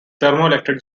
thermoelectric